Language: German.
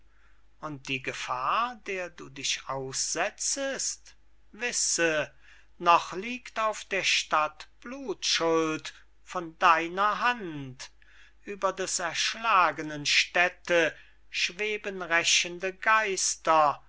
und die gefahr der du dich aussetzest wisse noch liegt auf der stadt blutschuld von deiner hand ueber des erschlagenen stätte schweben rächende geister